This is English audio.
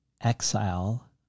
exile